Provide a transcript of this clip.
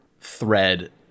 thread